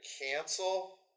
cancel